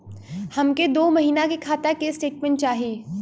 हमके दो महीना के खाता के स्टेटमेंट चाही?